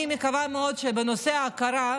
אני מקווה מאוד שבנושא ההכרה,